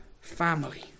family